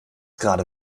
gerade